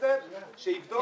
שיבדוק